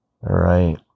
right